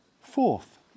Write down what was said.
Fourth